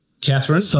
Catherine